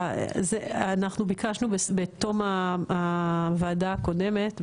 אנחנו ביקשנו בתום הוועדה הקודמת ,